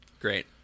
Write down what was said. Great